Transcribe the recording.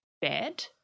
bed